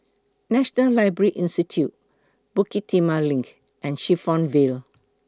National Library Institute Bukit Timah LINK and Clifton Vale